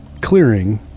clearing